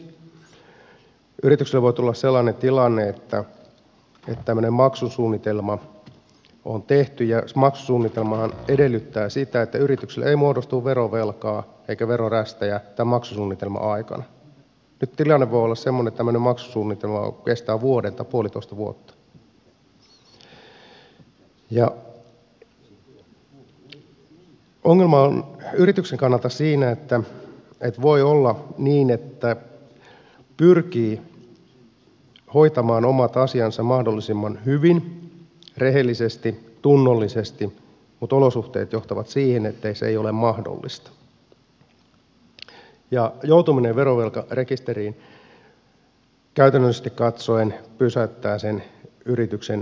yritykselle voi tulla sellainen tilanne että tämmöinen maksusuunnitelma on tehty maksusuunnitelmahan edellyttää sitä että yritykselle ei muodostu verovelkaa eikä verorästejä tämän maksusuunnitelman aikana ja että tämmöinen maksusuunnitelma kestää vuoden tai puolitoista vuotta ja ongelma on yrityksen kannalta siinä että voi olla niin että pyrkii hoitamaan omat asiansa mahdollisimman hyvin rehellisesti tunnollisesti mutta olosuhteet johtavat siihen että se ei ole mahdollista ja joutuminen verovelkarekisteriin käytännöllisesti katsoen pysäyttää sen yrityksen toiminnan